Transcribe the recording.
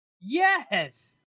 Yes